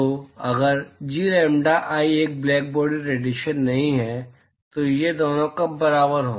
तो अगर G lambda i एक ब्लैकबॉडी रेडिएशन नहीं है तो ये दोनों कब बराबर हैं